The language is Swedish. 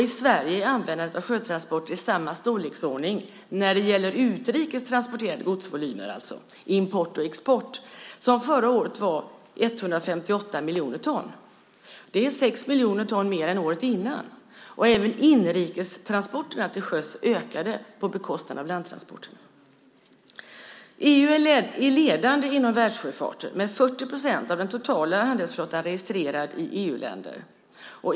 I Sverige är användandet av sjötransporter i samma storleksordning när det gäller utrikes transporterade godsvolymer, alltså import och export. Förra året var det 158 miljoner ton. Det är 6 miljoner ton mer än året innan. Även inrikestransporterna till sjöss ökade på bekostnad av landtransporterna. EU är ledande inom världssjöfarten. 40 procent av den totala handelsflottan är registrerad i EU-länder.